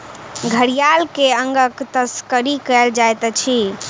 घड़ियाल के अंगक तस्करी कयल जाइत अछि